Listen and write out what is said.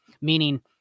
meaning